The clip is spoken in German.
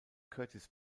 curtis